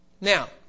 now